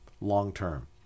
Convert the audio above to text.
long-term